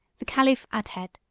the caliph adhed,